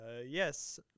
yes